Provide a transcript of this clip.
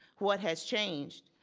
what has changed?